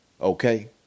Okay